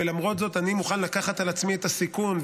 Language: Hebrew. ולמרות זאת אני מוכן לקחת על עצמי את הסיכון,